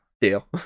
deal